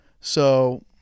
So-